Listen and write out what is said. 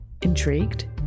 Intrigued